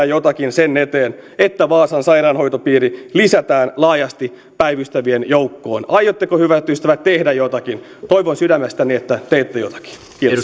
jotakin sen eteen että vaasan sairaanhoitopiiri lisätään laajasti päivystävien joukkoon aiotteko hyvät ystävät tehdä jotakin toivon sydämestäni että teette jotakin